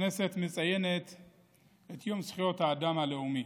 מציינת את יום זכויות האדם הבין-לאומי.